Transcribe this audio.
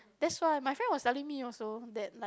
that's why my friend was telling me also that like